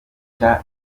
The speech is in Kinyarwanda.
cya